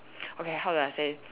okay how do I say